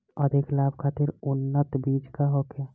अधिक लाभ खातिर उन्नत बीज का होखे?